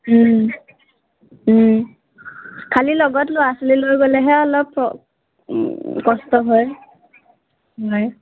খালি লগত ল'ৰা ছোৱালী লৈ গ'লেহে অলপ প কষ্ট হয় হয়